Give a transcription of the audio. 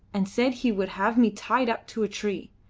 and said he would have me tied up to a tree.